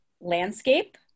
landscape